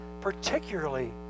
particularly